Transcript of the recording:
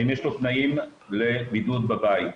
אם יש לו תנאים לבידוד בבית.